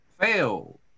Fail